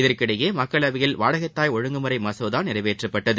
இதற்கிடையே மக்களவையில் வாடகை தாய் ஒழுங்குமுறை மசோதா நிறைவேற்றப்பட்டது